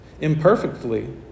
imperfectly